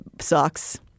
sucks